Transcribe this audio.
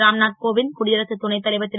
ராம்நாத் கோவிந்த் குடியரசு துணைத் தலைவர் ரு